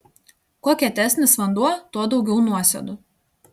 kuo kietesnis vanduo tuo daugiau nuosėdų